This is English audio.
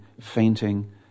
fainting